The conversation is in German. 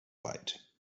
weit